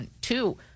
two